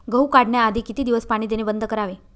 गहू काढण्याआधी किती दिवस पाणी देणे बंद करावे?